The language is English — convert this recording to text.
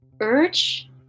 urge